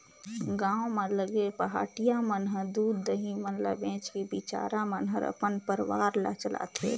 गांव म लगे पहाटिया मन ह दूद, दही मन ल बेच के बिचारा मन हर अपन परवार ल चलाथे